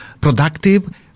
productive